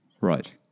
Right